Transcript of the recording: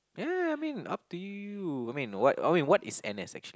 ya I mean up to you I mean what I mean what is n_s actually